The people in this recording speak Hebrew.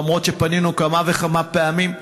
למרות שפנינו כמה וכמה פעמים,